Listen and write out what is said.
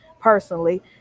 personally